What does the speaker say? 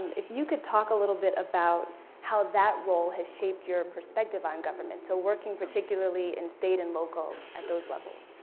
if you could talk a little bit about how that role has shaped your perspective on government. so working particularly in state and local, at those levels.